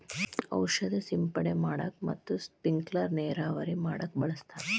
ಔಷದ ಸಿಂಡಣೆ ಮಾಡಾಕ ಮತ್ತ ಸ್ಪಿಂಕಲರ್ ನೇರಾವರಿ ಮಾಡಾಕ ಬಳಸ್ತಾರ